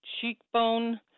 cheekbone